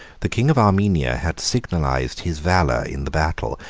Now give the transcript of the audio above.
the king of armenia had signalized his valor in the battle,